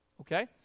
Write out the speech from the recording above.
okay